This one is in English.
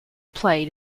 played